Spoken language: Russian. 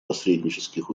посреднических